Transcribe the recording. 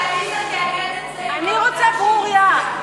אני רוצה, ברוריה.